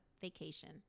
vacation